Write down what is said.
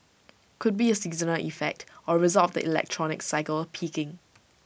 could be A seasonal effect or result of the electronics cycle peaking